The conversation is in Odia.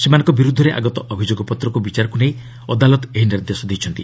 ସେମାନଙ୍କ ବିରୁଦ୍ଧରେ ଆଗତ ଅଭିଯୋଗ ପତ୍ରକୁ ବିଚାରକୁ ନେଇ ଅଦାଲତ ଏହି ନିର୍ଦ୍ଦେଶ ଦେଇଛନ୍ତି